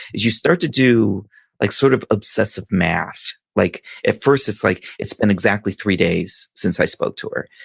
is you start to do like sort of obsessive math. like at first, it's like it's been exactly three days since i spoke to her.